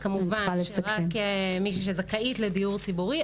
כמובן שזה רק מי שזכאית לדיור ציבורי,